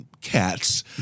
cats